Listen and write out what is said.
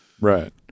Right